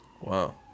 Wow